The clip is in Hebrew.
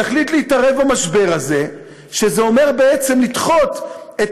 יחליט להתערב במשבר הזה, שזה אומר בעצם לדחות את